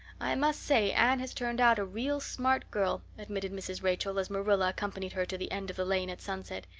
i must say anne has turned out a real smart girl, admitted mrs. rachel, as marilla accompanied her to the end of the lane at sunset.